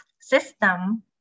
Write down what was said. system